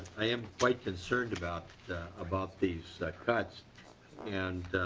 i am quite concerned about about these cut and